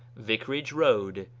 vicarage road,